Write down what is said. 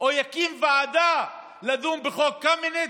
או יקים ועדה לדון בחוק קמיניץ.